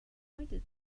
pointed